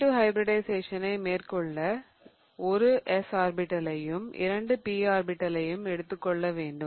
sp2 ஹைபிரிடிஷயேசனை மேற்கொள்ள ஒரு s ஆர்பிடலையும் இரண்டு p ஆர்பிடலையும் எடுத்துக்கொள்ள வேண்டும்